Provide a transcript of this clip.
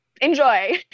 Enjoy